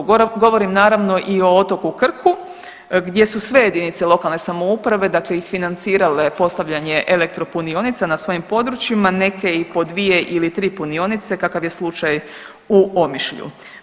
Govorim naravno i o otoku Krku, gdje su sve jedinice lokalne samouprave, dakle isfinancirale postavljanje elektro punionica na svojim područjima, neke i po dvije ili tri punionice kakav je slučaj u Omišlju.